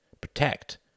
protect